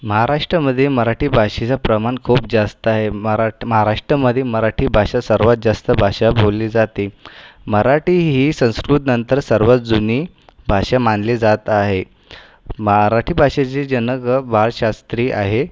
महाराष्ट्रामध्ये मराठी भाषेचं प्रमाण खूप जास्त आहे मराठ महाराष्ट्रामध्ये मराठी भाषा सर्वात जास्त भाषा बोलली जाते मराठी ही संस्कृतनंतर सर्वांत जुनी भाषा मानली जात आहे मराठी भाषेचे जनक बाळशास्त्री आहेत